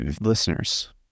listeners